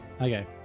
Okay